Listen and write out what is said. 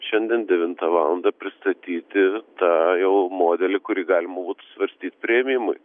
šiandien devintą valandą pristatyti tą jau modelį kurį galima būtų svarstyt priėmimui